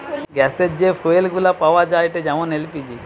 গ্যাসের যে ফুয়েল গুলা পাওয়া যায়েটে যেমন এল.পি.জি